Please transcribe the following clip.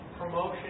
promotion